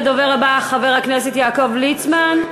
הדובר הבא, חבר הכנסת יעקב ליצמן.